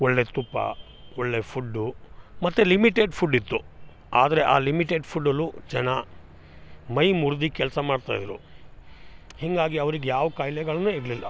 ಒಳ್ಳೆಯ ತುಪ್ಪ ಒಳ್ಳೆಯ ಫುಡ್ಡೂ ಮತ್ತು ಲಿಮಿಟೆಡ್ ಫುಡ್ಡಿತ್ತು ಆದರೆ ಆ ಲಿಮಿಟೆಡ್ ಫುಡ್ಡಲ್ಲೂ ಜನ ಮೈ ಮುರ್ದು ಕೆಲಸ ಮಾಡ್ತಾಯಿದ್ದರು ಹೀಗಾಗಿ ಅವ್ರಿಗೆ ಯಾವ ಖಾಯ್ಲೆಗಳೂ ಇರಲಿಲ್ಲ